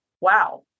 wow